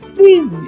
Please